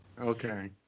okay